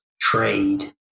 trade